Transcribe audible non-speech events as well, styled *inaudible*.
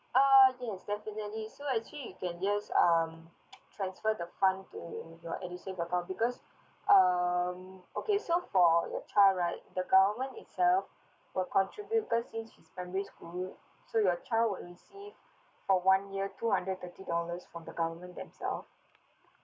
uh yes definitely so actually you can just um *noise* transfer the fund to in your edusave account because um okay so for the child right the government itself for contribute cause it's primary school so your child would receive for one year two hundred thirty dollars from the government themselves